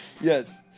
Yes